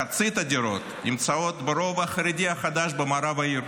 מחצית הדירות נמצאות ברובע החרדי החדש במערב העיר.